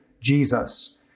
Jesus